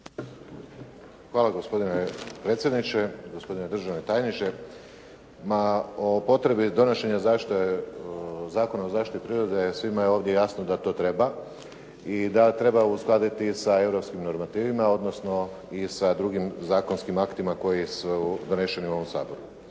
Hvala gospodine predsjedniče. Gospodine državni tajniče. Ma o potrebi donošenja Zakona o zaštiti prirode je svima ovdje jasno da to treba i da treba uskladiti sa europskim normativima, odnosno i sa drugim zakonskim aktima koji su doneseni u ovom Saboru.